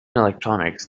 electronics